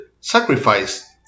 sacrifice